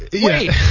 Wait